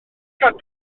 gadw